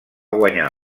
guanyar